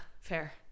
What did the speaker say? fair